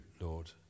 Lord